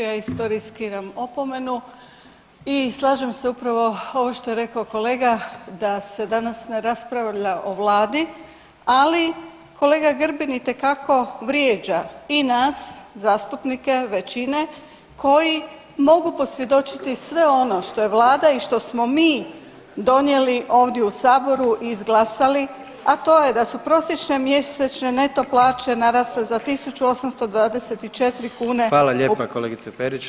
Ja isto riskiram opomenu i slažem se upravo ovo što je rekao kolega, da se danas ne raspravlja o Vladi, ali kolega Grbin itekako vrijeđa i nas zastupnike većine koji mogu posvjedočiti sve ono što je Vlada i što smo mi donijeli ovdje u Saboru i izglasali, a to je da su prosječne mjesečne neto plaće narasle za 1824 kune [[Upadica: Hvala lijepa kolegice Perić.]] npr.